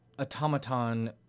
automaton